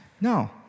No